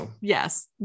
Yes